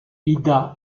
ida